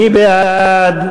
מי בעד?